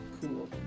Cool